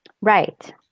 Right